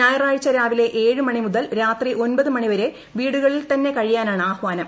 ഞായറാഴ്ച രാവിലെ ഏഴ് മണിമുതൽ രാത്രി ഒമ്പത് മണിവരെ വീടുകളിൽ തന്നെ കഴിയാനാണ് ആഹ്വാനം